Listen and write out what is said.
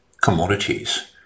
commodities